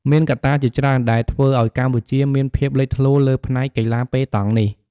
មានកត្តាជាច្រើនដែលធ្វើឱ្យកម្ពុជាមានភាពលេចធ្លោលើផ្នែកកីឡាប៉េតង់នេះ។